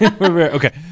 okay